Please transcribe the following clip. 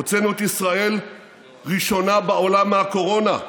הוצאנו את ישראל ראשונה בעולם מהקורונה,